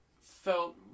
felt